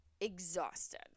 exhausted